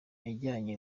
yajyanye